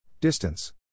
Distance